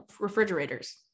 refrigerators